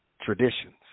traditions